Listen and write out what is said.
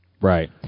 Right